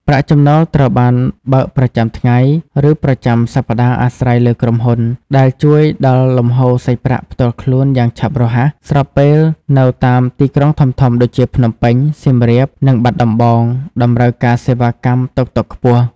ប្រាក់ចំណូលត្រូវបានបើកប្រចាំថ្ងៃ ឬប្រចាំសប្តាហ៍អាស្រ័យលើក្រុមហ៊ុន ដែលជួយដល់លំហូរសាច់ប្រាក់ផ្ទាល់ខ្លួនយ៉ាងឆាប់រហ័ស ស្របពេលនៅតាមទីក្រុងធំៗដូចជា ភ្នំពេញ សៀមរាប និងបាត់ដំបង តម្រូវការសេវាកម្មតុកតុកខ្ពស់។